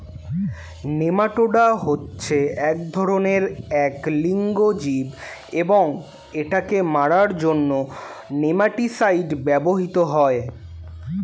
nematoda হচ্ছে এক ধরণের এক লিঙ্গ জীব এবং এটাকে মারার জন্য নেমাটিসাইড ব্যবহৃত হয়